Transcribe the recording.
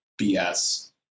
BS